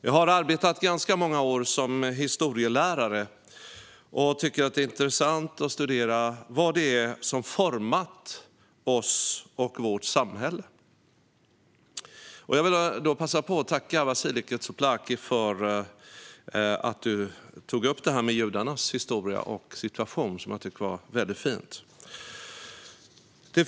Jag har arbetat ganska många år som historielärare och tycker att det är intressant att studera vad det är som har format oss och vårt samhälle. Låt mig passa på att tacka Vasiliki Tsouplaki för att hon tog upp judarnas historia och situation, vilket var mycket fint.